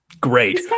great